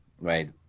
right